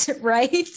right